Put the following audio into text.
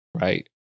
right